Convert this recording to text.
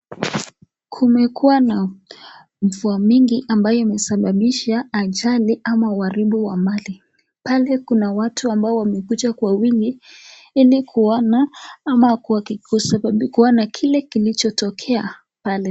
Kumekuwa na mvua mingi ambayo imesababisha ajali ama uaribu wa mali pale kuna watu ambaye wamekuja kwa wingi, ili kuona ama kuona kile kilicho tokea pale.